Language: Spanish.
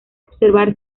observar